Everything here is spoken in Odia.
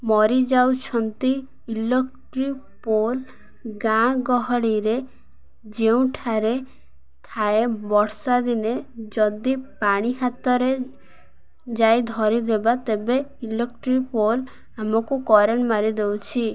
ମରିଯାଉଛନ୍ତି ଇଲକ୍ଟ୍ରିକ୍ ପୋଲ୍ ଗାଁ ଗହଳିରେ ଯେଉଁଠାରେ ଥାଏ ବର୍ଷାଦିନେ ଯଦି ପାଣି ହାତରେ ଯାଇ ଧରିଦେବା ତେବେ ଇଲକ୍ଟ୍ରିକ୍ ପୋଲ୍ ଆମକୁ କରେଣ୍ଟ ମାରିଦେଉଛି